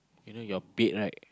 you know your bed right